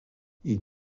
ils